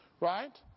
Right